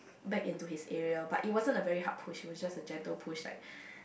back into his area but it wasn't a very hard push it was just a gentle push like